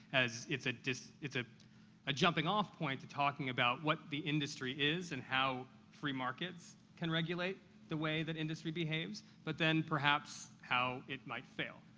as it's a it's ah a jumping-off point to talking about what the industry is and how free markets can regulate the way that industry behaves. but then perhaps, how it might fail.